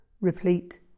replete